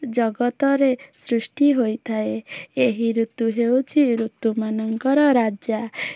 ଜଗତରେ ସୃଷ୍ଟି ହୋଇଥାଏ ଏହି ଋତୁ ହେଉଛି ଋତୁ ମାନଙ୍କର ରାଜା